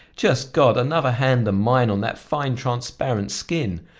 just god! another hand than mine on that fine, transparent skin!